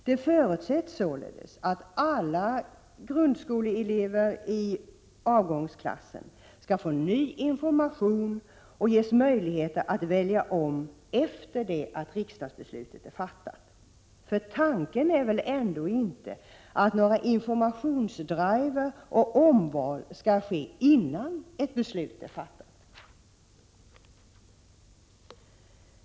Det förutsätts således att alla grundskoleelever i avgångsklassen skall få ny information och ges möjligheter att välja om efter det att riksdagsbeslutet är fattat. För tanken är väl ändå inte att informationsdrivar och omval skall ske innan ett riksdagsbeslut är fattat?